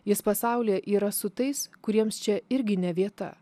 jis pasaulyje yra su tais kuriems čia irgi ne vieta